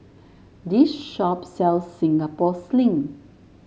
this shop sells Singapore Sling